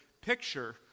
picture